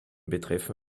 betreffen